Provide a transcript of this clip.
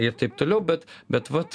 ir taip toliau bet bet vat